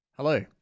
Hello